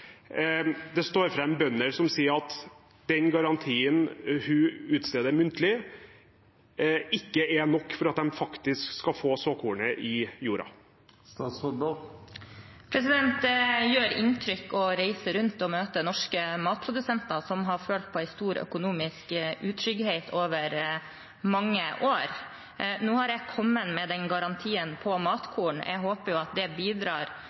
står fram bønder som sier at den garantien hun utsteder muntlig, ikke er nok for at de faktisk skal få såkornet i jorda? Det gjør inntrykk å reise rundt og møte norske matprodusenter, som har følt på en stor økonomisk utrygghet over mange år. Nå har jeg kommet med den garantien på matkorn. Jeg håper at det bidrar